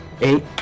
Eight